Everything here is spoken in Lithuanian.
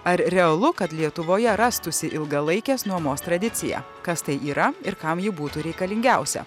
ar realu kad lietuvoje rastųsi ilgalaikės nuomos tradicija kas tai yra ir kam ji būtų reikalingiausia